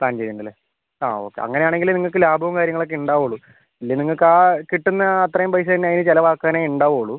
plan ചെയ്യുന്നുണ്ടല്ലേ ആ okay അങ്ങനെ ആണെങ്കിലേ നിങ്ങൾക്ക് ലാഭവും കാര്യങ്ങൾ ഒക്കെ ഉണ്ടാവുള്ളൂ ഇല്ലെങ്കിൽ നിങ്ങൾക്ക് ആ കിട്ടുന്ന അത്രയും പൈസ തന്നെ അതിന് ചിലവ് ആക്കാനെ ഉണ്ടാവുള്ളൂ